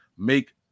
make